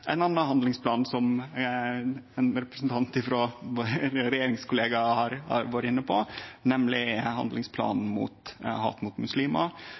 ein annan handlingsplan som ein representant frå eit regjeringskollegaparti har vore inne på, nemleg handlingsplanen mot hat mot muslimar.